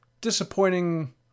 disappointing